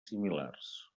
similars